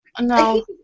No